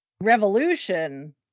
Revolution